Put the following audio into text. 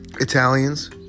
Italians